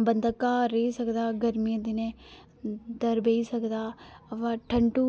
बंदा घर रेही सकदा गर्मियें दिनै घर बेही सकदा वा ठंडू